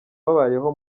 babayeho